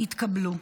התקבלו.